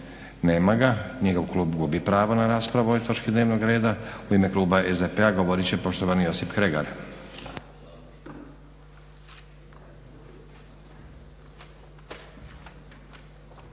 nema ga. Njegov klub gubi pravo na raspravu o ovoj točki dnevnog reda. U ime Kluba SDP-a govorit će poštovani Josip Kregar.